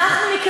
שאנחנו שמחים,